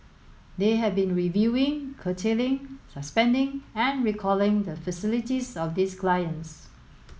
they have been reviewing curtailing suspending and recalling the facilities of these clients